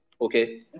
okay